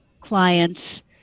clients